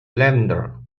lavender